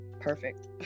perfect